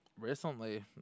recently